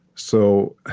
so